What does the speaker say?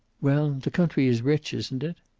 well, the country is rich, isn't it?